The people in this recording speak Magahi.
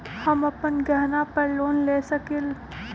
हम अपन गहना पर लोन ले सकील?